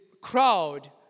crowd